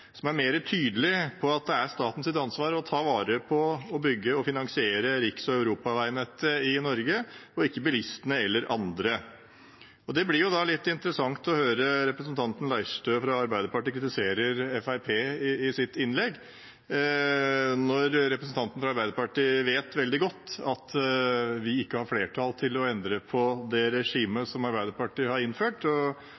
som er mer tydelig på at det er statens ansvar å ta vare på, bygge og finansiere riks- og europaveinettet i Norge, og ikke bilistene eller andre. Da er det litt interessant å høre representanten Leirtrø fra Arbeiderpartiet i sitt innlegg kritisere Fremskrittspartiet, når Arbeiderparti-representanten vet veldig godt at vi ikke har flertall til å endre på det regimet